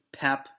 Pep